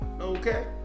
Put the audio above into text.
Okay